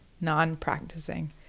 non-practicing